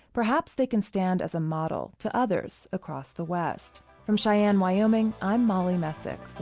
perhaps they can stand as a model to others across the west from cheyenne, wyo, um and i'm molly messick